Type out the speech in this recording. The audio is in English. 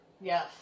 Yes